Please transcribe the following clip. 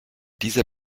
dieser